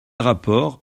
rapport